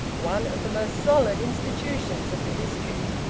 one of the most solid institutions of the district.